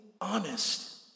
honest